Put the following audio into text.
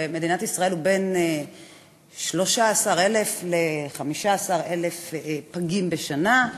במדינת ישראל הוא בין 13,000 ל-15,000 פגים בשנה.